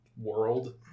world